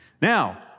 Now